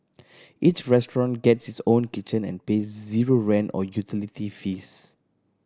each restaurant gets its own kitchen and pays zero rent or utility fees